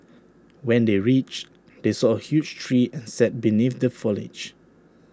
when they reached they saw A huge tree and sat beneath the foliage